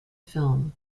film